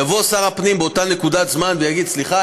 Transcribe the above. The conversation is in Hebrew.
יבוא שר הפנים באותה נקודת זמן ויגיד: סליחה,